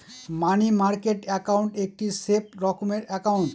মানি market account একটি safe রকমের account